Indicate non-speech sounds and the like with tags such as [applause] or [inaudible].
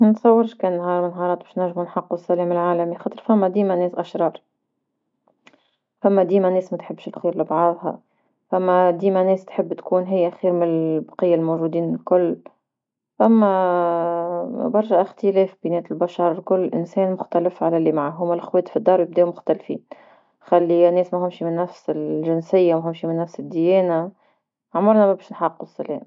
ما نتصورش كان نهار من نهرات باش نجمو نحقو السلام العالمي خطر ثما ديما ناس أشرار، ثما ديما ناس ما تحبش الخير لبعضها ثما [hesitation] ديما ناس تحب تكون هيا خير من البقية الموجودين الكل أما برشا [hesitation] إختلاف بينات البشر لكل إنسان مختلف على اللي معاهم، هوا لخوات في دا الدار ويبداو مختلفين، خلي يا ناس ما همش من نفس الجنسية ما همش من نفس الديانة، عمرنا ما باش نحقو السلام.